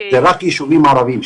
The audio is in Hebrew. זה רק יישובים ערביים.